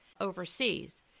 overseas